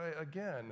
again